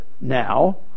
now